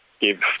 give